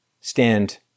stand